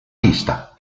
pista